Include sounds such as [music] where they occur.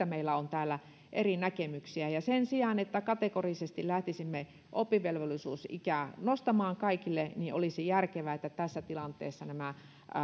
[unintelligible] meillä on täällä eri näkemyksiä sen sijaan että kategorisesti lähtisimme oppivelvollisuusikää nostamaan kaikille olisi järkevää että tässä tilanteessa